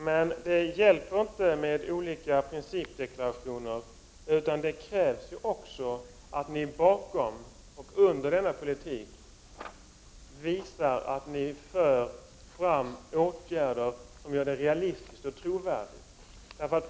Men det hjälper inte med olika principdeklarationer från regeringens sida, utan det krävs också att regeringen visar att den vidtar åtgärder som gör dessa deklarationer realistiska och trovärdiga.